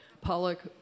Pollock